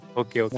okay